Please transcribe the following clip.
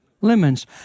lemons